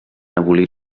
abolir